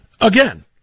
Again